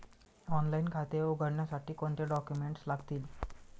Online खाते उघडण्यासाठी कोणते डॉक्युमेंट्स लागतील?